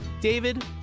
David